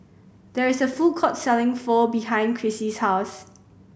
there is a food court selling Pho behind Krissy's house